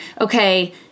okay